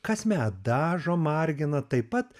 kasmet dažo margina taip pat